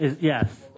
Yes